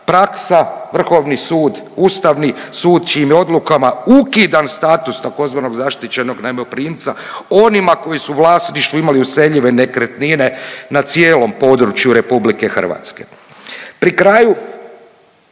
praksa. Vrhovni sud, Ustavni sud čijim je odlukama ukidan status tzv. zaštićenog najmoprimca onima koji su u vlasništvu imali useljive nekretnine na cijelom području RH. Pri kraju